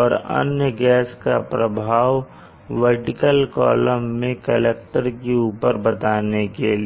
और अन्य गैस का प्रभाव वर्टिकल कॉलम में कलेक्टर के ऊपर बताने के लिए